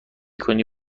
کنی